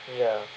ya